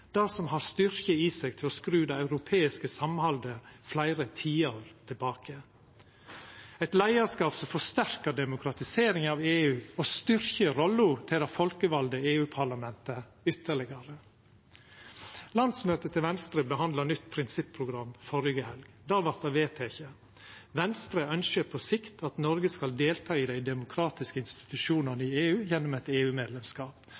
har styrke i seg til å skru det europeiske samhaldet fleire tiår tilbake, eit leiarskap som forsterkar demokratiseringa av EU, og som styrkjer rolla til det folkevalde EU-parlamentet ytterlegare. Landsmøtet til Venstre behandla nytt prinsipprogram førre helg. Der vart det vedteke: Venstre ynskjer på sikt at Noreg skal delta i dei demokratiske institusjonane